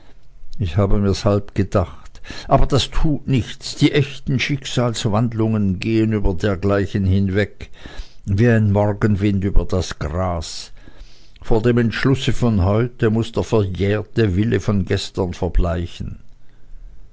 ich habe mir's halb gedacht aber das tut nichts die echten schicksalswandlungen gehen über dergleichen hinweg wie ein morgenwind über das gras vor dem entschlusse von heute muß der verjährte willen von gestern verbleichen